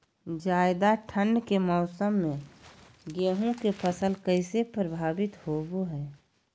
ज्यादा ठंड के मौसम में गेहूं के फसल कैसे प्रभावित होबो हय?